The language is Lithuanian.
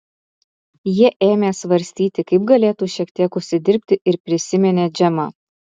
jie ėmė svarstyti kaip galėtų šiek tiek užsidirbti ir prisiminė džemą